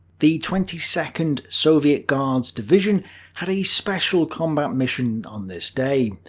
the twenty second soviet guards division had a special combat mission on this day.